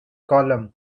column